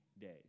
days